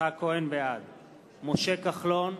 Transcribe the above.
בעד משה כחלון,